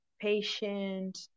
patient